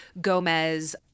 Gomez